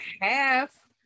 half